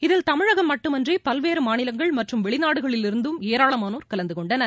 இதில் தமிழகம் மட்டுமின்றி பல்வேறு மாநிலங்கள் மற்றும் வெளிநாடுகளிலிருந்தும் ஏராளமானோர் கலந்து கொண்டனர்